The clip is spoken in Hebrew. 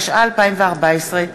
התשע"ה 2014,